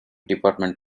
department